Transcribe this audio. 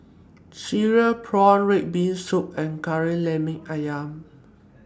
Cereal Prawns Red Bean Soup and Kari Lemak Ayam